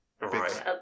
right